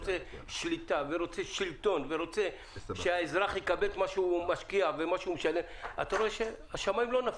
שליטה ושלטון ורוצה שהאזרח יקבל את מה שהוא משקיע רואים שהשמים לא נפלו.